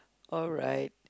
alright